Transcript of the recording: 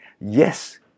Yes